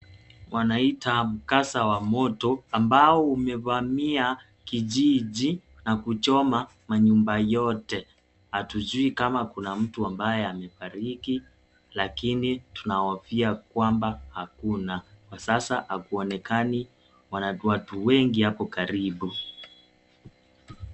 Wanaita mkasa wa moto, ambao umevamia kijiji, na kuchoma manyumba yote. Hatujui kama kuna mtu ambaye amefariki, lakini tunahofia kwamba hakuna. Kwa sasa hakuonekani watu wengi hapo karibu.